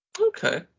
Okay